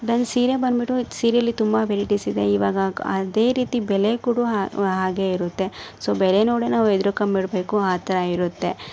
then ಸೀರೆ ಬಂದ್ಬಿಟ್ಟು ಇದು ಸೀರೆಯಲ್ಲಿ ತುಂಬ ವೆರೈಟೀಸ್ ಇದೆ ಇವಾಗ ಅದೇ ರೀತಿ ಬೆಲೆ ಕೊಡುವ ಹಾಗೆ ಇರುತ್ತೆ ಸೊ ಬೆಲೆ ನೋಡೇ ನಾವು ಹೆದ್ರಕಂಬಿಡ್ಬೇಕು ಆ ಥರ ಇರುತ್ತೆ